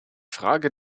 frage